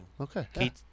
Okay